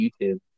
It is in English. YouTube